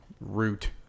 Root